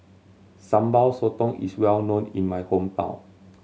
Sambal Sotong is well known in my hometown